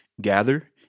gather